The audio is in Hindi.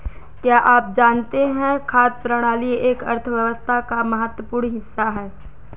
क्या आप जानते है खाद्य प्रणाली एक अर्थव्यवस्था का महत्वपूर्ण हिस्सा है?